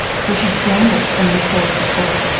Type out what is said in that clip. so she scrambles and records the call.